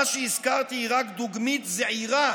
מה שהזכרתי זה רק דוגמית זעירה